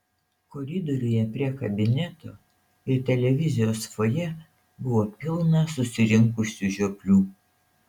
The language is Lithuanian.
koridoriuje prie kabineto ir televizijos fojė buvo pilna susirinkusių žioplių